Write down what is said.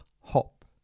hop